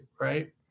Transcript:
right